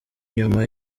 nyuma